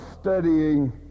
studying